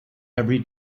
every